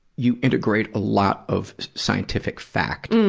you integrate a lot of scientific fact. mm,